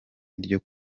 iryo